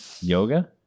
yoga